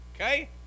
okay